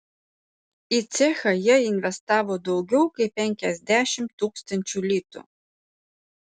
į cechą jie investavo daugiau kaip penkiasdešimt tūkstančių litų